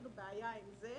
בעיה עם זה.